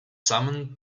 summoned